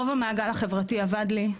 רוב המעגל החברתי אבד לי.